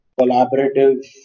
collaborative